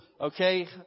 okay